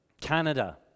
Canada